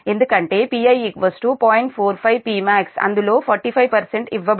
45Pmax అందులో 45 ఇవ్వబడింది